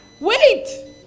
Wait